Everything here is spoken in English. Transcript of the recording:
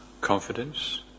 confidence